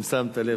אם שמת לב,